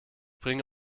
bringe